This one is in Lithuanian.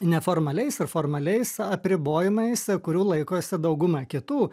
neformaliais ir formaliais apribojimais kurių laikosi dauguma kitų